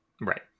Right